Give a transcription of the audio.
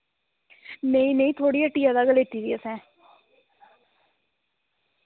नेईं नेईं थुआढ़ी ट्टियै दा गै लेते दी असें